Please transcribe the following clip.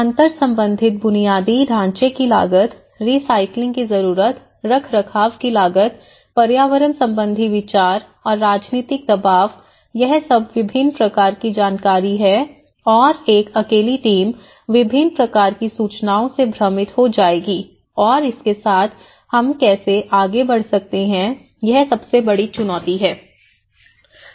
अंतर संबंधित बुनियादी ढांचे की लागत रीसाइक्लिंग की जरूरत रखरखाव की लागत पर्यावरण संबंधी विचार और राजनीतिक दबाव यह सब विभिन्न प्रकार की जानकारी है और एक अकेली टीम विभिन्न प्रकार की सूचनाओं से भ्रमित हो जाएगी और इसके साथ हम कैसे आगे बढ़ सकते हैं यह सबसे बड़ी चुनौती है